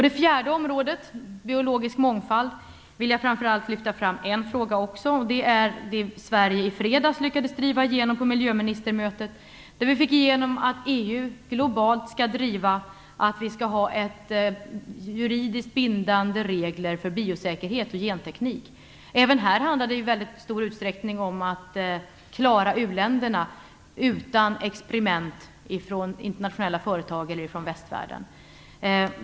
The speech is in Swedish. Den fjärde punkten gäller biologisk mångfald. Där vill jag framför allt lyfta fram en fråga, nämligen det som Sverige i fredags lyckades driva igenom på miljöministermötet: att EU globalt skall driva att vi skall ha juridiskt bindande regler för biosäkerhet och genteknik. Även här handlar det i stor utsträckning om att rädda u-länderna från experiment av internationella företag eller västvärlden.